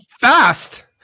fast